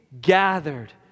gathered